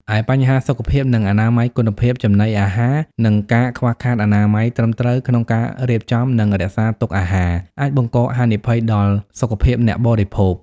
ឯបញ្ហាសុខភាព និងអនាម័យគុណភាពចំណីអាហារ នឹងការខ្វះខាតអនាម័យត្រឹមត្រូវក្នុងការរៀបចំ និងរក្សាទុកអាហារ អាចបង្កហានិភ័យដល់សុខភាពអ្នកបរិភោគ ។